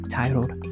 titled